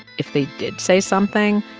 if they did say something,